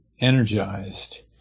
energized